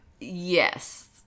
yes